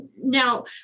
Now